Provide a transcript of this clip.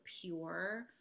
pure